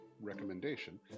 recommendation